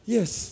Yes